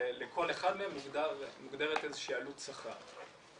לכל אחד מהם מוגדרת איזושהי עלות שכר.